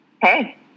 Hey